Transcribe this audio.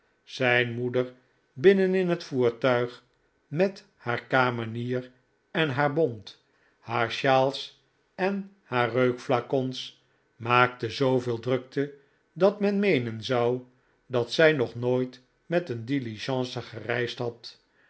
zijn moeder binnenin het voertuig met haar kamenier en haar bont haar sjaals en haar reukflacons maakte zooveel drukte dat men meenen zou dat zij nog nooit met een